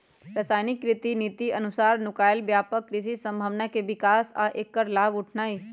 राष्ट्रीय कृषि नीति अनुसार नुकायल व्यापक कृषि संभावना के विकास आ ऐकर लाभ उठेनाई